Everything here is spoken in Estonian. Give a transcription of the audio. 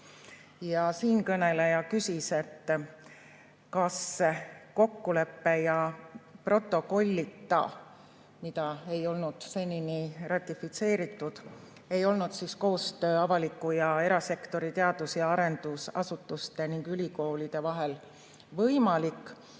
Sutrop. Siinkõneleja küsis, kas kokkuleppe ja protokollita, mida ei olnud senini ratifitseeritud, ei olnud koostöö avaliku- ja erasektori teadus- ja arendusasutuste ning ülikoolide vahel võimalik,